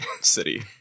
city